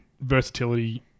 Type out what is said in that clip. versatility